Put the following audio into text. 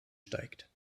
steigt